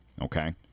Okay